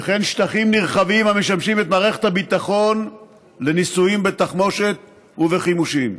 וכן שטחים נרחבים המשמשים את מערכת הביטחון לניסויים בתחמושת ובחימושים.